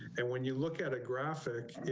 and when you look at a graphic,